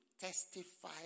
testify